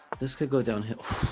this could go downhill